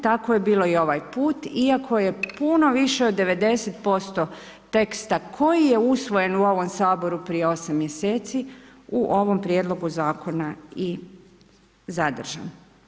Tako je bilo i ovaj put, iako je puno više od 90% teksta koji je usvojen u ovom Saboru prije 8 mjeseci u ovom prijedlogu zakona i zadržan.